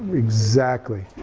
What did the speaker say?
exactly,